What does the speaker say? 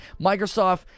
Microsoft